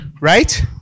right